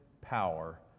power